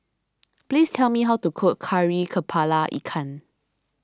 please tell me how to cook Kari Kepala Ikan